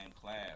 class